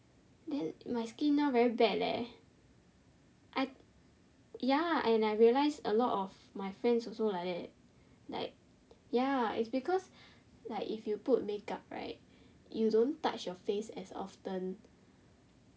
then my skin now very bad leh I ya and I realise a lot of my friends also like that like ya it's because like if you put makeup right you don't touch your face as often